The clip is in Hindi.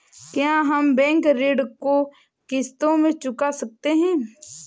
क्या हम बैंक ऋण को किश्तों में चुका सकते हैं?